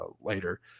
later